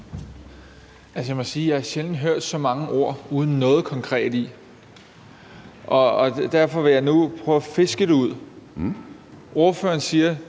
jeg sjældent har hørt så mange ord uden noget konkret i. Derfor vil jeg nu prøve at fiske det ud. Ordføreren siger,